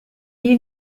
you